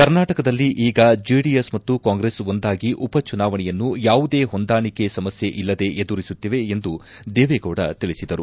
ಕರ್ನಾಟಕದಲ್ಲಿ ಈಗ ಜೆಡಿಎಸ್ ಮತ್ತು ಕಾಂಗ್ರೆಸ್ ಒಂದಾಗಿ ಉಪಚುನಾವಣೆಯನ್ನು ಯಾವುದೇ ಹೊಂದಾಣಿಕ ಸಮಸ್ತೆ ಇಲ್ಲದೇ ಎದುರಿಸುತ್ತಿವೆ ಎಂದು ದೇವೇಗೌಡ ತಿಳಿಸಿದರು